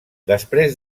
després